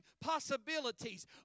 possibilities